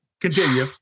Continue